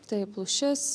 taip lūšis